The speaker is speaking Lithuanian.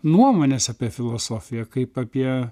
nuomonės apie filosofiją kaip apie